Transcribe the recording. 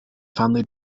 family